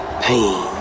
Pain